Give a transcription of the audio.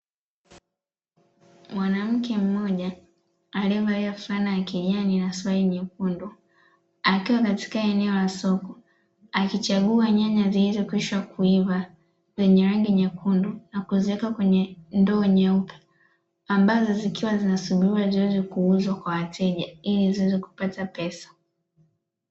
Mwanamke mmoja alievalia fulana ya kijani na suruali nyekundu akiwa katika eneo la soko, akichagua nyanya zilizokwisha kuiva zenye rangi nyekundu na kuziweka kwenye ndoo nyeupe, ambazo zikiwa zinasubiriwa ziweze kuuzwa kwa wateja ili ziweze kupata pesa.